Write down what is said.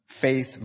faith